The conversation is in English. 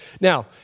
Now